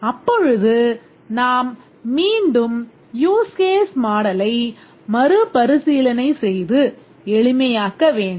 அப்பொழுது நாம் மீண்டும் யூஸ் கேஸ் மாடலை மறுபரிசீலனை செய்து எளிமையாக்க வேண்டும்